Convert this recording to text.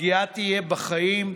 הפגיעה תהיה בחיים,